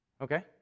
okay